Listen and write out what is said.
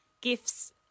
gifts